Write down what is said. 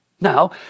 Now